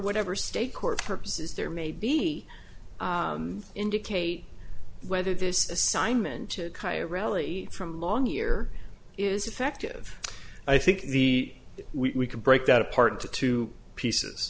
whatever state court purposes there may be indicate whether this assignment to a rally from long year is effective i think the we can break that apart into two pieces